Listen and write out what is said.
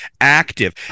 active